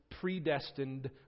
predestined